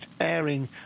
airing